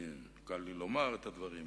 קל לי לומר את הדברים,